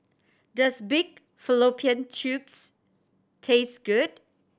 does pig fallopian tubes taste good